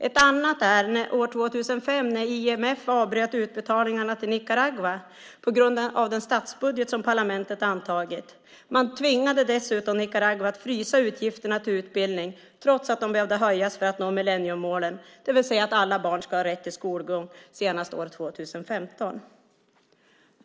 Ett annat exempel är från 2005 när IMF avbröt utbetalningarna till Nicaragua på grund av den statsbudget som parlamentet antagit. Man tvingade dessutom Nicaragua att frysa utgifterna till utbildning trots att de behövde höjas för att nå millenniemålen, det vill säga att alla barn ska ha rätt till skolgång senast år 2015.